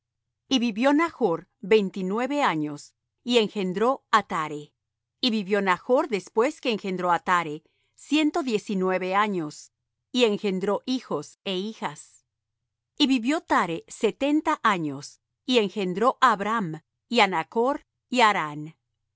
y vivió nachr veintinueve años y engendró á thare y vivió nachr después que engendró á thare ciento diecinueve años y engendró hijos é hijas y vivió thare setenta años y engendró á abram y á nachr y